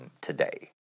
today